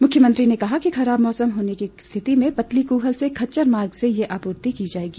मुख्यमंत्री ने कहा कि मौसम खराब होने की स्थिति में पतलीकूहल से खच्चर मार्ग से ये आपूर्ति की जाएगी